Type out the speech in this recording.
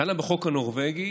היא דנה בחוק הנורבגי,